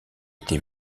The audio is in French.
été